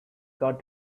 got